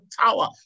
tower